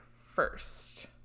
first